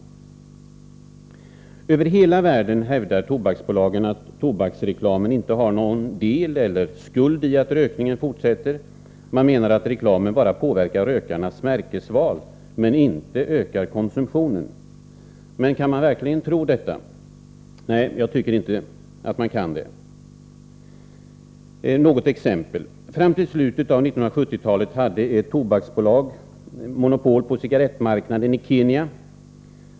115 Över hela världen hävdar tobaksbolagen att tobaksreklamen inte har någon del eller skuld i att rökningen fortsätter. De menar att reklamen bara påverkar rökarnas märkesval, men inte ökar konsumtionen. Kan vi verkligen tro det? Nej, jag tycker inte det. Jag skall ge ett exempel. Fram till slutet av 1970-talet hade ett tobaksbolag monopol på cigarettmarknaden i Kenya.